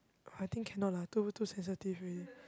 I think cannot lah too too sensitive already